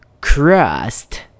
crust